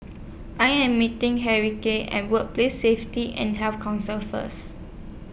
I Am meeting Henriette At Workplace Safety and Health Council First